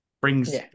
brings